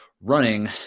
running